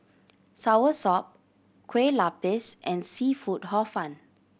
soursop Kueh Lapis and seafood Hor Fun